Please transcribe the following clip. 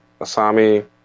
Asami